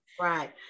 Right